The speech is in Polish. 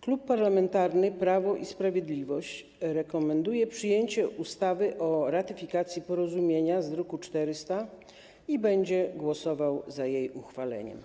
Klub Parlamentarny Prawo i Sprawiedliwość rekomenduje przyjęcie ustawy o ratyfikacji porozumienia z druku nr 400 i będzie głosował za jej uchwaleniem.